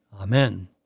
Amen